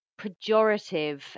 pejorative